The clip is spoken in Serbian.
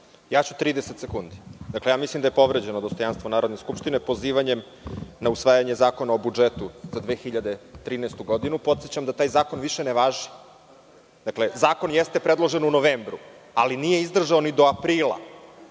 **Bojan Đurić** Mislim da je povređeno dostojanstvo Narodne skupštine, pozivanjem na usvajanje Zakona o budžetu za 2013. godinu. Podsećam da taj zakon više ne važi. Zakon jeste predložen u novembru, ali nije izdržao ni do aprila,